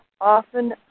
often